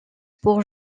pour